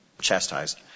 chastised